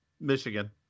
Michigan